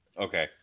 okay